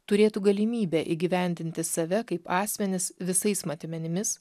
turėtų galimybę įgyvendinti save kaip asmenis visais matmenimis